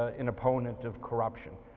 ah an opponent of corruption.